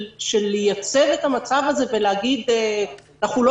של ייצוב המצב הזה ולהגיד שאנחנו לא